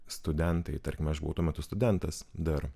studentai tarkim aš buvau tuo metu studentas dar